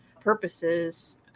purposes